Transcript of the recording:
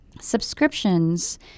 subscriptions